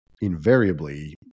invariably